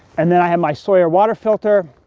and then i have my sawyer water filter.